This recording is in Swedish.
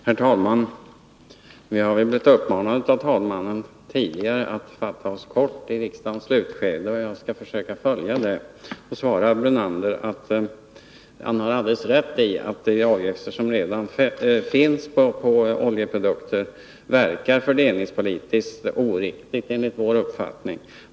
Herr talman! Vi har tidigare blivit uppmanade av talmannen att fatta oss kort i riksdagens slutskede. Jag skall försöka följa den uppmaningen och svara Lennart Brunander att han har alldeles rätt i att de avgifter som redan finns på oljeprodukter verkar fördelningspolitiskt oriktigt, enligt vår uppfattning.